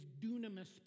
dunamis